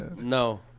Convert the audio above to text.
No